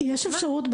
יש אפשרות,